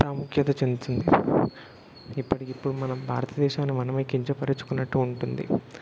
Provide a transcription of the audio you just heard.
ప్రాముఖ్యత చెందుతుంది ఇప్పటికిప్పుడు మనం భారతదేశాన్ని మనమే కించపరచుకున్నట్టు ఉంటుంది